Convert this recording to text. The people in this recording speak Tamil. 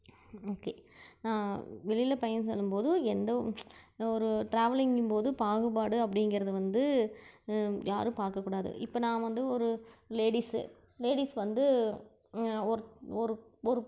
ஓகே நான் வெளியில் பயணம் செல்லும் போது எந்த ஒரு டிராவலிங்கும் போது பாகுபாடு அப்படிங்கிறது வந்து யாரும் பார்க்கக்கூடாது இப்போ நான் வந்து ஒரு லேடீஸு லேடீஸ் வந்து ஒரு ஒரு ஒரு